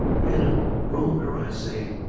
and if rone or i say,